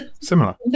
similar